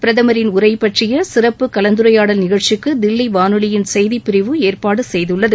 பிரதமின் உரை பற்றிய சிறப்பு கலந்துரையாடல் நிகழ்ச்சிக்கு தில்லி வானொலியின் செய்திப்பிரிவு ஏற்பாடு செய்துள்ளது